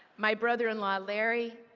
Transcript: my brother-in-law, larry,